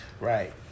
Right